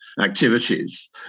activities